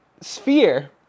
sphere